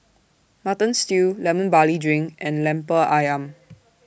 Mutton Stew Lemon Barley Drink and Lemper Ayam